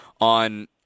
on